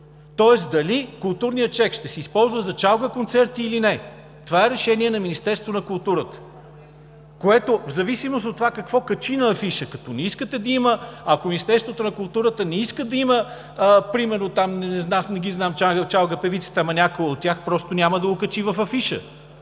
Тоест дали културният чек ще се използва за чалга концерти, или не, това е решение на Министерството на културата. В зависимост от това какво качи на афиша – ако Министерството на културата не иска да има примерно, аз не ги знам чалга певиците, ама някоя от тях, просто няма да го качи в афиша.